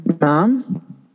mom